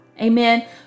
Amen